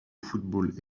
football